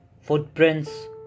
footprints